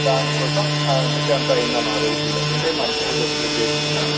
దానికోసం అందుకే అంత అయింది అన్న రేట్లు లేకుంటే మంచిగా చెప్తే చేసేవాళ్ళం